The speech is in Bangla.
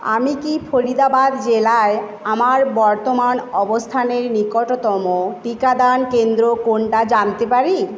আমি কি ফরিদাবাদ জেলায় আমার বর্তমান অবস্থানের নিকটতম টিকাদান কেন্দ্র কোনটা জানতে পারি